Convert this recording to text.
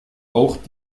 auch